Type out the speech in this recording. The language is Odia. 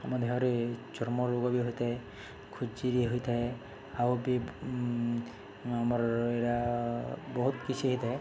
ଆମ ଦେହରେ ଚର୍ମ ରୋଗ ବି ହୋଇଥାଏ ଖୁଚିରି ହୋଇଥାଏ ଆଉ ବି ଆମର ଏରା ବହୁତ କିଛି ହେଇଥାଏ